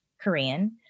Korean